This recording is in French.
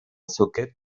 socket